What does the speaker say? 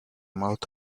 mouth